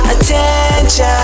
Attention